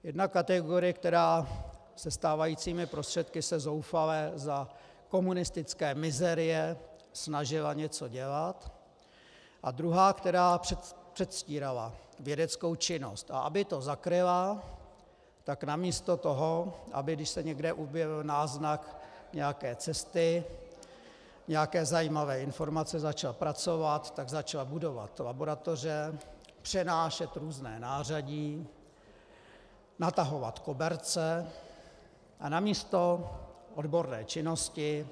Jedna kategorie, která se stávajícími prostředky se zoufale za komunistické mizérie snažila něco dělat, a druhá, která předstírala vědeckou činnost, a aby to zakryla, tak namísto toho, aby, když se někde objevil náznak nějaké cesty, nějaké zajímavé informace, začala pracovat, tak začala budovat laboratoře, přenášet různé nářadí, natahovat koberce a namísto odborné činnosti...